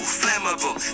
flammable